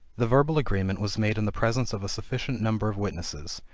the verbal agreement was made in the presence of a sufficient number of witnesses,